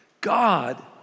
God